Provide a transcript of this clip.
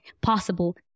possible